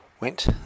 went